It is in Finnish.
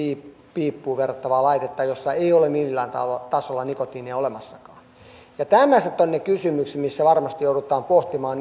piippuun verrattavaa laitetta jossa ei ole millään tasolla nikotiinia olemassakaan tämmöiset ovat ne kysymykset missä varmasti joudutaan pohtimaan